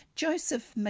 Joseph